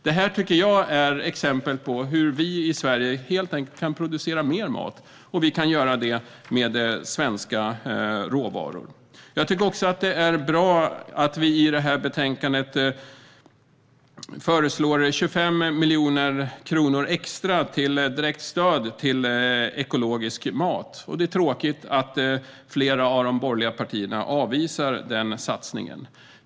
Detta tycker jag är ett exempel på hur vi i Sverige kan producera mer mat, och vi kan göra det med svenska råvaror. Jag tycker också att det är bra att vi i detta betänkande föreslår 25 miljoner kronor extra i direkt stöd till ekologisk mat. Det är tråkigt att flera av de borgerliga partierna avvisar den satsningen.